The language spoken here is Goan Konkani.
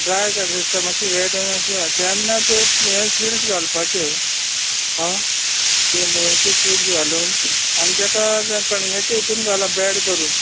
ड्राय जालेली आसता मात्शीं वेट आनी अशी हा तेन्ना ती हे सिड्स घालपाचे आं थंय मुळ्याचें सिड्स घालून आनी तेका कणग्याच्या हितून करून घालप बेड करून